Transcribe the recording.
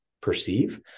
perceive